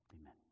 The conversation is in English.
amen